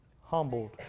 humbled